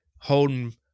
holding